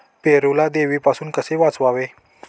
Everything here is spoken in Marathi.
पेरूला देवीपासून कसे वाचवावे?